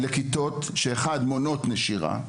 אלו כיתות שמונעות נשירה,